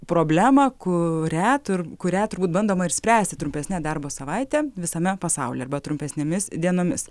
problemą kurią tur kurią turbūt bandoma išspręsti trumpesne darbo savaite visame pasaulyje arba trumpesnėmis dienomis